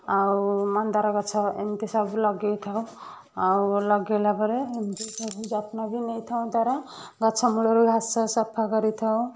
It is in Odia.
ଆଉ ମନ୍ଦାର ଗଛ ଏମତି ସବୁ ଲଗାଇଥାଉ ଆଉ ଲଗାଇଲା ପରେ ଏମତି ସବୁ ଯତ୍ନ ବି ନେଇଥାଉ ତାର ଗଛମୂଳରୁ ଘାସ ସଫା କରିଥାଉ